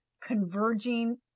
converging